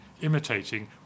imitating